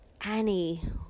Annie